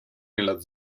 nella